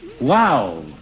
Wow